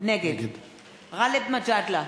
נגד גאלב מג'אדלה,